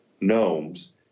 gnomes